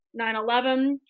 9-11